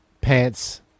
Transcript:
pants